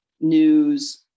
news